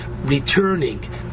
returning